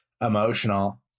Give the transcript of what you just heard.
emotional